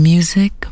Music